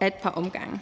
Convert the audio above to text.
et par omgange.